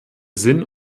sinn